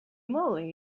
moly